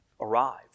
arrived